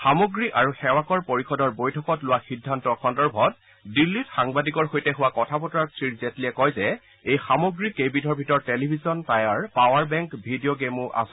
সামগ্ৰী আৰু সেৱাকৰ পৰিষদৰ বৈঠকত লোৱা সিদ্ধান্ত সন্দৰ্ভত দিল্লীত সাংবাদিকৰ সৈতে হোৱা কথা বতৰাত শ্ৰী জেটলীয়ে কয় যে এই সামগ্ৰী কেইবিধৰ ভিতৰত টেলিভিছন টায়াৰ পাৱাৰ বেংক আৰু ভিডিঅ গেমছো আছে